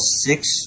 six